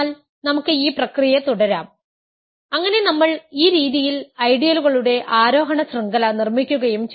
അതിനാൽ നമുക്ക് ഈ പ്രക്രിയ തുടരാം അങ്ങനെ നമ്മൾ ഈ രീതിയിൽ ഐഡിയലുകളുടെ ആരോഹണ ശൃംഖല നിർമ്മിക്കുകയും ചെയ്യുന്നു